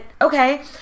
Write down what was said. okay